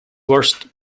worst